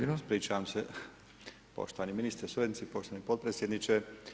Ispričavam se poštovani ministre, suradnici, poštovani potpredsjedniče.